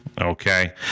Okay